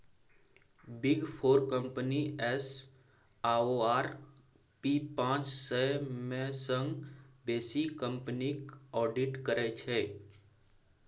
big four company S आओर P पाँच सय मे सँ बेसी कंपनीक आडिट करै छै